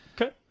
Okay